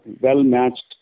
well-matched